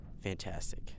Fantastic